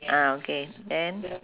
ah okay then